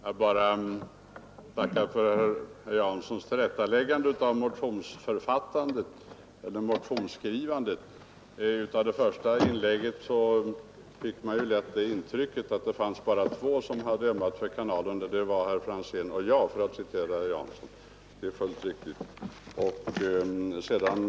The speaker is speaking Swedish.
Herr talman! Jag tackar för herr Janssons tillrättaläggande beträffande motionsskrivandet. Av det första inlägget fick man lätt det intrycket att det fanns bara två personer som hade arbetat för kanalens utbyggnad, nämligen herr Franzén och herr Jansson.